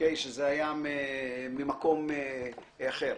שזה היה ממקום אחר.